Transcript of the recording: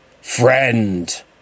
friend